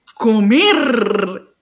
comer